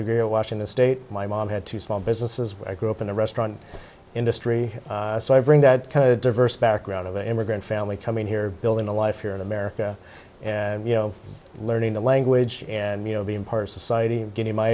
degree a washington state my mom had two small businesses i grew up in the restaurant industry so i bring that kind of diverse background of immigrant family coming here building the life here in america you know learning the language and you know being part of society and getting my